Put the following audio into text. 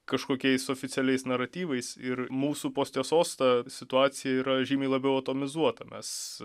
kažkokiais oficialiais naratyvais ir mūsų post tiesos ta situacija yra žymiai labiau atomizuota mes